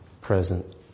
present